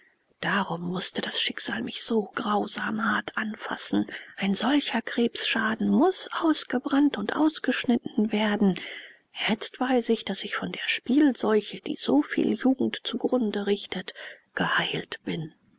darum mußte das schicksal mich so grausam hart anfassen ein solcher krebsschaden muß ausgebrannt und ausgeschnitten werden jetzt weiß ich daß ich von der spielseuche die so viel jugend zugrunde richtet geheilt bin